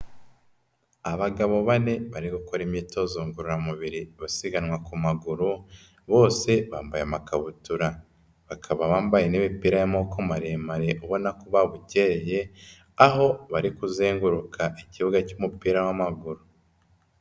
Abagabo bane bari gukora imyitozo ngororamubiri basiganwa ku maguru, bose bambaye amakabutura, bakaba bambaye n'imipira y'amaboko maremare, ubona babukereye, aho bari kuzenguruka ikibuga cy'umupira w'amaguru.